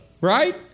right